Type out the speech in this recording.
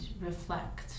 reflect